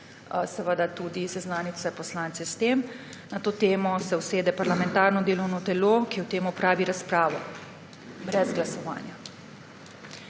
seveda tudi seznaniti vse poslance s tem. Na to temo se usede parlamentarno delovno telo, ki o tem opravi razpravo brez glasovanja.